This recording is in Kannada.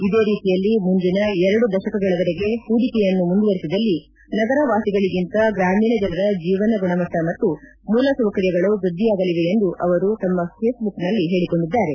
ಇದೇ ರೀತಿಯಲ್ಲಿ ಮುಂದಿನ ಎರಡು ದಶಕಗಳ ವರೆಗೆ ಹೂಡಿಕೆಯನ್ನು ಮುಂದುವರೆಸಿದಲ್ಲಿ ನಗರವಾಸಿಗಳಿಗಿಂತ ಗ್ರಾಮೀಣ ಜನರ ಜೀವನ ಗುಣಮಟ್ಟ ಮತ್ತು ಮೂಲಸೌಕರ್ಯಗಳು ವೃದ್ದಿಯಾಗಲಿವೆ ಎಂದು ಅವರು ತಮ್ನ ಫೇಸ್ಬುಕ್ನಲ್ಲಿ ಹೇಳಕೊಂಡಿದ್ದಾರೆ